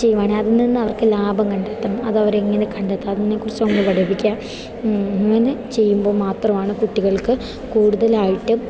ചെയ്യുവാണെ അതിൽനിന്ന് അവർക്ക് ലാഭം കണ്ടെത്തണം അതവരെങ്ങനെ കണ്ടെത്തുക അതിനെക്കുറിച്ച് നമ്മൾ പഠിപ്പിക്കുക അങ്ങനെ ചെയ്യുമ്പോൾ മാത്രമാണ് കുട്ടികൾക്ക് കൂടുതലായിട്ട്